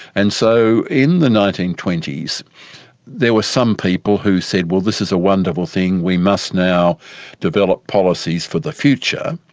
and so in the nineteen twenty s there were some people who said well this is a wonderful thing, we must now develop policies for the future.